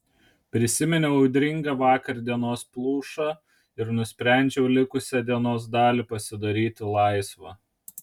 prisiminiau audringą vakardienos plušą ir nusprendžiau likusią dienos dalį pasidaryti laisvą